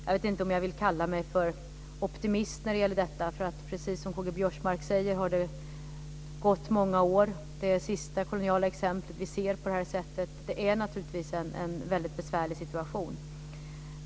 Jag vet inte om jag vill kalla mig optimist när det gäller detta, för precis som K-G Biörsmark säger har det gått många år. Det är det sista koloniala exemplet vi ser. Det är naturligtvis en väldigt besvärlig situation.